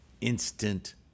Instant